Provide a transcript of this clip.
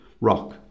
rock